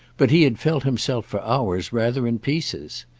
but he had felt himself for hours rather in pieces.